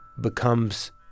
becomes